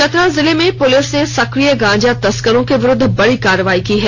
चतरा जिले में पुलिस ने सक्रिय गांजा तस्करों के विरूद्व बड़ी कार्रवाई की है